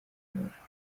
amashusho